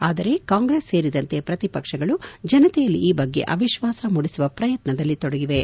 ಆದರೆ ಕಾಂಗ್ರೆಸ್ ಸೇರಿದಂತೆ ಪ್ರತಿಪಕ್ಷಗಳು ಜನತೆಯಲ್ಲಿ ಈ ಬಗ್ಗೆ ಅವಿಶ್ವಾಸ ಮೂಡಿಸುವ ಪ್ರಯತ್ಯದಲ್ಲಿ ತೊಡಗಿವೆ